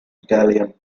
italian